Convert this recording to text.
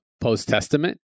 post-testament